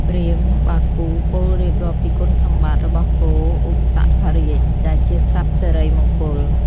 ព្រាហ្មណ៍បាគូពោលរៀបរាប់ពីគុណសម្បត្តិរបស់គោឧសភរាជដែលជាសត្វសិរីមង្គល។